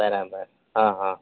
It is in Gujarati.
બરાબર હાં હાં